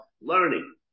learning